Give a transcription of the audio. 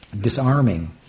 disarming